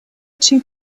two